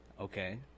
Okay